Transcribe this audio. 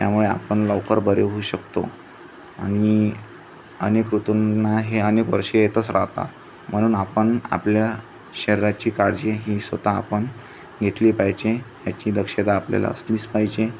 त्यामुळे आपण लवकर बरे होऊ शकतो आणि अनेक ऋतूंना हे अनेक वर्ष येतच राहतात म्हणून आपण आपल्या शरीराची काळजी ही स्वतः आपण घेतली पाहिजे ह्याची दक्षता आपल्याला असलीच पाहिजे